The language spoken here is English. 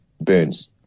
burns